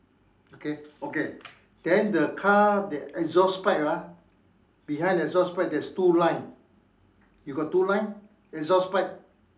okay okay then the car that exhaust pipe ah behind the exhaust pipe there's two line you got two line exhaust pipe